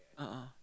a'ah